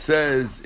Says